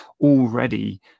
already